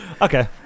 Okay